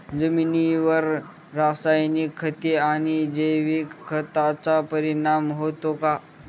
जमिनीवर रासायनिक खते आणि जैविक खतांचा परिणाम होतो का?